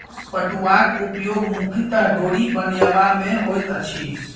पटुआक उपयोग मुख्यतः डोरी बनयबा मे होइत अछि